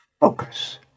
focus